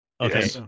Okay